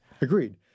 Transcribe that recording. Agreed